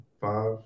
five